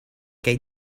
kaj